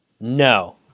No